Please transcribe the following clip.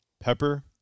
Pepper